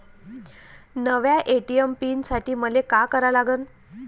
नव्या ATM pin साठी मले का करा लागन?